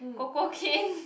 Cococane